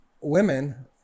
women